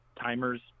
timers